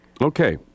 Okay